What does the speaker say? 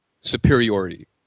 superiority